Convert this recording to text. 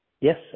Yes